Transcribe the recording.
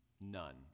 none